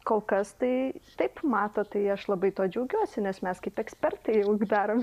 kol kas tai taip mato tai aš labai tuo džiaugiuosi nes mes kaip ekspertai jau darome